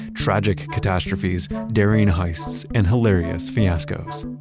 tragic catastrophes, daring heists and hilarious fiascos.